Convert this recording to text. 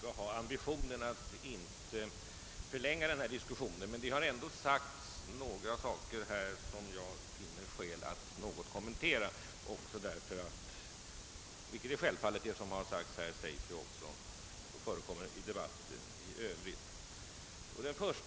Herr talman! Efter herr Lundbergs senaste anförande kunde denna debatt egentligen sluta, och jag skall ha ambitionen att inte förlänga den i onödan. Men några saker som här sagts finner jag anledning kommentera, bl.a. därför att det som anförts också ofta säges i den allmänna debatten.